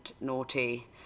naughty